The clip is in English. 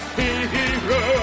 hero